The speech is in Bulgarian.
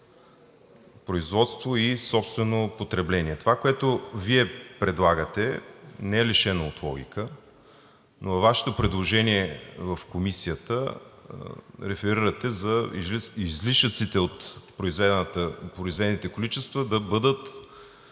производството и собственото потребление. Това, което Вие предлагате, не е лишено от логика, но във Вашето предложение – в Комисията, реферирате излишъците от произведените количества да бъдат